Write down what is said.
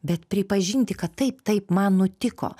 bet pripažinti kad taip taip man nutiko